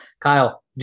Kyle